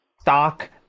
stock